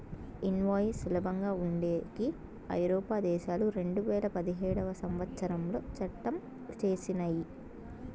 invoice సులభంగా ఉండేకి ఐరోపా దేశాలు రెండువేల పదిహేడవ సంవచ్చరంలో చట్టం చేసినయ్